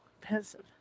pensive